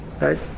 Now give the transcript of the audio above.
Right